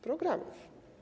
Programów.